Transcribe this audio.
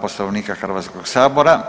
Poslovnika Hrvatskog sabora,